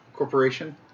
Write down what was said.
Corporation